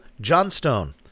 Johnstone